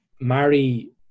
Mary